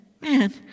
man